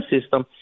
system